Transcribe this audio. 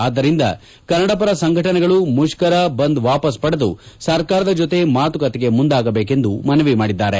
ಆದ್ದರಿಂದ ಕನ್ನಡಪರ ಸಂಘಟನೆಗಳು ಮುಷ್ತರ ಬಂದ್ ವಾಪಸ್ ಪಡೆದು ಸರ್ಕಾರದ ಜೊತೆ ಮಾತುಕತೆಗೆ ಮುಂದಾಗಬೇಕೆಂದು ಮನವಿ ಮಾಡಿದ್ದಾರೆ